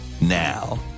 Now